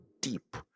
deep